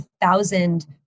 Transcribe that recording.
thousand